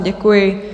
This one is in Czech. Děkuji.